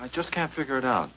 i just can't figure it out